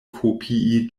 kopii